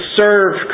serve